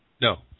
No